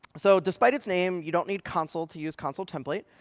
so despite its name, you don't need consul to use consul template.